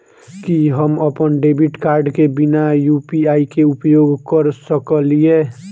की हम अप्पन debit card केँ बिना यु.पी.आई केँ उपयोग करऽ सकलिये?